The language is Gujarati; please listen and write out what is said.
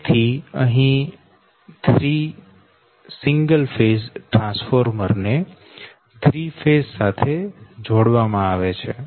તેથી અહી 3 સિંગલ ફેઝ ટ્રાન્સફોર્મર ને 3 ફેઝ માં જોડવામાં આવે છે